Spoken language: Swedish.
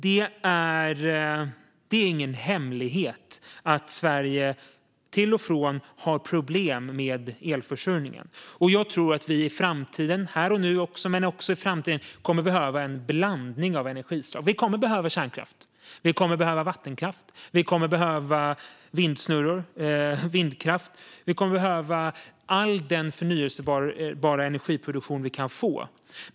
Det är ingen hemlighet att Sverige till och från har problem med elförsörjningen. Jag tror att vi i framtiden, och även här och nu, kommer att behöva en blandning av energislag. Vi kommer att behöva kärnkraft. Vi kommer att behöva vattenkraft. Vi kommer att behöva vindsnurror, alltså vindkraft. Vi kommer att behöva all den förnybara energiproduktion vi kan få.